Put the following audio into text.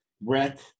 Brett